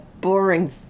boring